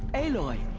aloy.